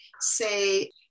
say